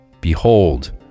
behold